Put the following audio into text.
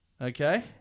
Okay